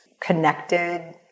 connected